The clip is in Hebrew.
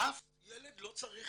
אף ילד לא צריך